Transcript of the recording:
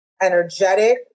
energetic